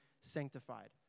sanctified